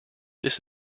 this